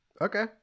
Okay